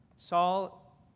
Saul